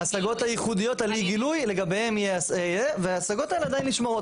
ההשגות הייחודיות על אי גילוי לגביהן יהיה וההשגות האלה עדיין נשמרות,